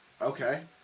Okay